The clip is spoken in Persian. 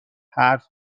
حرف